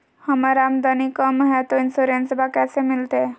हमर आमदनी कम हय, तो इंसोरेंसबा कैसे मिलते?